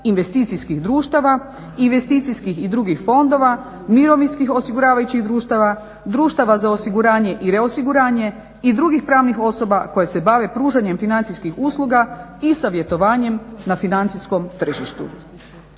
investicijskih društava, investicijskih i drugih fondova, mirovinskih osiguravajućih društava, društava za osiguranje i reosiguranje i drugih pravnih osoba koje se bave pružanjem financijskih usluga i savjetovanjem na financijskom tržištu.